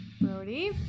Brody